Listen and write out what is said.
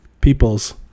peoples